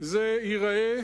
זה ייראה